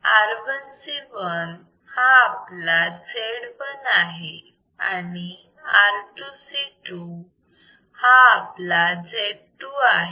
R1 C1 हा आपला Z1 आहे आणि R2 C2 हा आपला Z2 आहे